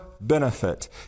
benefit